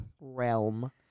realm